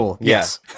Yes